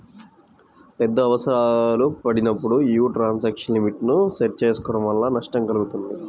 పెద్ద అవసరాలు పడినప్పుడు యీ ట్రాన్సాక్షన్ లిమిట్ ని సెట్ చేసుకోడం వల్ల నష్టం కల్గుతుంది